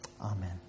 Amen